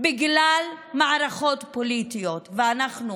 בגלל מערכות פוליטיות, ואנחנו